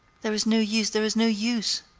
there is no use, there is no use,